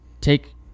take